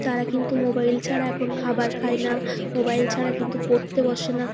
তারা কিন্তু মোবাইল ছাড়া এখন খাবার খায় না মোবাইল ছাড়া কিন্তু পড়তে বসে না